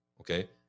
Okay